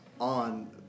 on